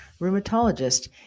rheumatologist